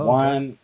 one